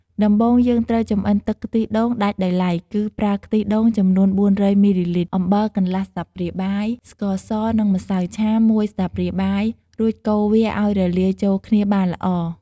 ដំបូងយើងត្រូវចម្អិនទឹកខ្ទិះដូងដាច់ដោយឡែកគឺ ប្រើខ្ទិះដូងចំនួន ៤០០មីលីលីត្រ អំបិល កន្លះស្លាបព្រាបាយ ស្ករស និង ម្សៅឆា មួយស្លាបព្រាបាយ រួចកូរវាឲ្យរលាយចូលគ្នាបានល្អ។